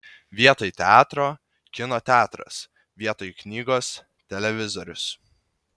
vietoj teatro kino teatras vietoj knygos televizorius